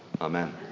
Amen